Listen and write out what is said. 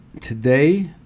today